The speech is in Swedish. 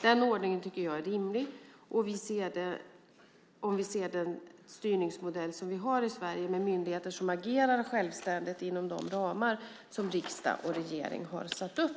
Den ordningen tycker jag är rimlig om vi ser till den styrningsmodell vi har i Sverige med myndigheter som agerar självständigt inom de ramar som riksdag och regering har satt upp.